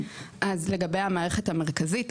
אז לגבי המערכת המרכזית,